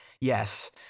yes